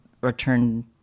return